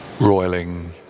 roiling